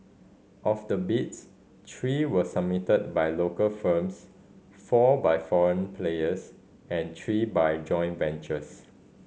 of the bids three were submitted by local firms four by foreign players and three by joint ventures